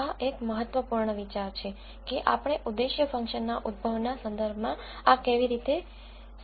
તેથી આ એક મહત્વપૂર્ણ વિચાર છે કે આપણે ઉદ્દેશ્ય ફંક્શનના ઉદભવનાં સંદર્ભમાં આ કેવી રીતે સમજી શકાય